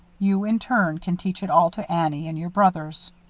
you, in turn, can teach it all to annie and your brothers.